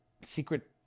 secret